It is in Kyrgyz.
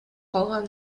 калган